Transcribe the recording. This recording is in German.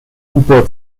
cooper